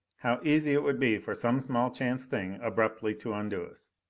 how easy it would be for some small chance thing abruptly to undo us!